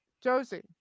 Josie